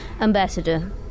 Ambassador